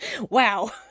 wow